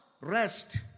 rest